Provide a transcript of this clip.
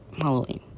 Halloween